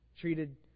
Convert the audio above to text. Treated